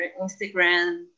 Instagram